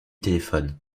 téléphone